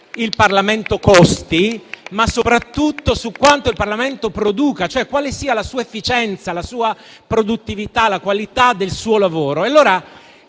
il Parlamento costi, ma soprattutto su quanto il Parlamento produca, cioè su quali siano la sua efficienza, la sua produttività, la qualità del suo lavoro.